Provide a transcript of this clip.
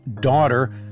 daughter